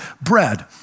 bread